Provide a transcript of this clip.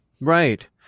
Right